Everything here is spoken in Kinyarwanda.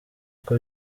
uko